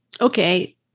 okay